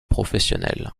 professionnel